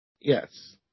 Yes